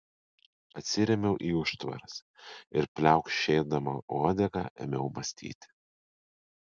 atsirėmiau į užtvaras ir pliaukšėdama uodega ėmiau mąstyti